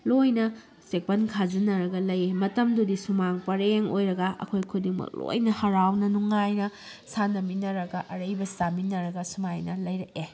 ꯂꯣꯏꯅ ꯆꯦꯛꯄꯜ ꯈꯥꯖꯤꯟꯅꯔꯒ ꯂꯩ ꯃꯇꯝꯗꯨꯗꯤ ꯁꯨꯃꯥꯡ ꯄꯔꯦꯡ ꯑꯣꯏꯔꯒ ꯑꯩꯈꯣꯏ ꯈꯨꯗꯤꯡꯃꯛ ꯂꯣꯏꯅ ꯍꯔꯥꯎꯅ ꯅꯨꯡꯉꯥꯏꯅ ꯁꯥꯟꯅꯃꯤꯟꯅꯔꯒ ꯑꯔꯩꯕ ꯆꯥꯃꯤꯟꯅꯔꯒ ꯁꯨꯃꯥꯏꯅ ꯂꯩꯔꯛꯑꯦ